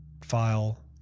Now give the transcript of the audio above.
file